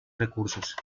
recursos